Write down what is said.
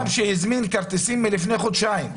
אדם שהזמין כרטיסים לפני חודשיים,